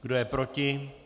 Kdo je proti?